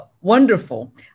wonderful